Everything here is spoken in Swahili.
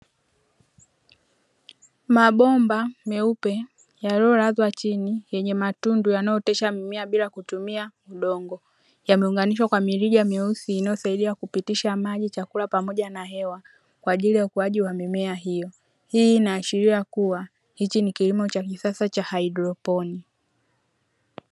Mabomba meupe yaliyolazwa chini yenye matundu yanayootesha mimea bila kutumia udongo yameunganishwa kwa mirija ya meusi inayosaidia kupitisha maji, chakula pamoja na hewa kwa ajili ya ukuaji wa mimea hiyo; hii inaashiria kuwa hichi ni kilimo cha kisasa cha haidroponi.